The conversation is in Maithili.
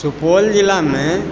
सुपौल जिलामे